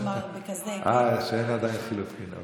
כשאין עדיין חילופים.